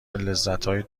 لذتهای